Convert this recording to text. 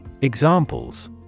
Examples